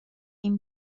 این